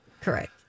Correct